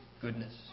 goodness